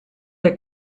der